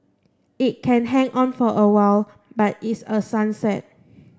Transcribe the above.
it can hang on for a while but it's a sunset